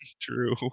true